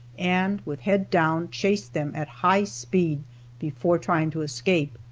and, with head down, chased them at high speed before trying to escape.